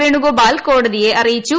വേണുഗോപാൽ കോടതിയെ അറിയിച്ചു